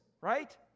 right